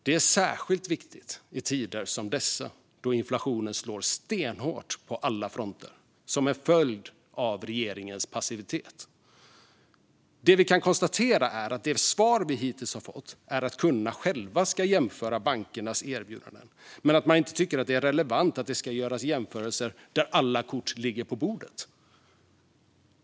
Detta är särskilt viktigt i tider som dessa, då inflationen slår stenhårt på alla fronter som en följd av regeringens passivitet. Det svar vi hittills har fått är att kunderna själva ska jämföra bankernas erbjudanden men att man inte tycker att det är relevant att det ska göras jämförelser där alla kort ligger på bordet.